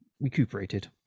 recuperated